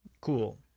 cool